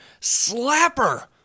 slapper